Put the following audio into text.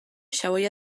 xaboia